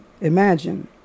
Imagine